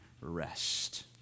rest